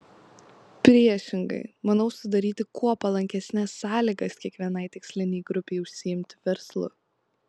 priešingai manau sudaryti kuo palankesnes sąlygas kiekvienai tikslinei grupei užsiimti verslu